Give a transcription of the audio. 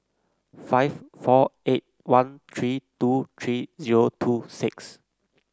five four eight one three two three zero two six